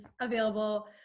available